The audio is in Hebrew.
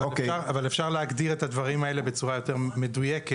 אפשר להגדיר את הדברים האלה בצורה יותר מדויקת,